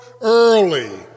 early